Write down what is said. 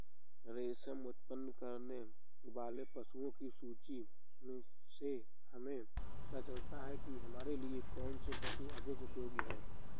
रेशम उत्पन्न करने वाले पशुओं की सूची से हमें पता चलता है कि हमारे लिए कौन से पशु अधिक उपयोगी हैं